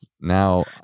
now